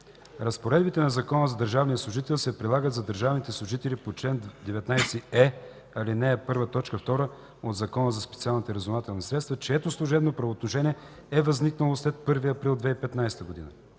Разпоредбите на Закона за държавния служител се прилагат за държавните служители по чл. 19е, ал. 1, т. 2 от Закона за специалните разузнавателни средства, чието служебно правоотношение е възникнало след 1 април 2015 г.